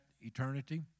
eternity